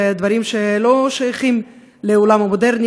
דברים שלא שייכים לעולם המודרני,